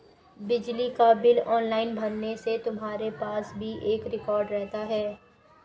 बिजली का bill online भरने से तुम्हारे पास भी एक रिकॉर्ड रहता है